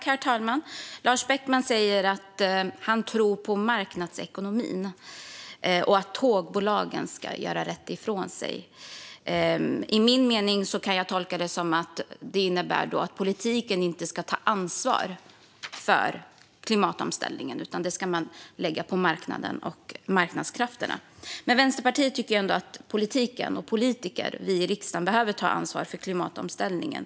Herr talman! Lars Beckman säger att han tror på marknadsekonomin och att tågbolagen ska göra rätt. Jag kan tolka det som att det innebär att politiken inte ska ta ansvar för klimatomställningen, utan det ska man lägga på marknaden och marknadskrafterna. Vänsterpartiet tycker att politiken och politiker - vi i riksdagen - behöver ta ansvar för klimatomställningen.